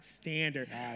standard